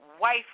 wife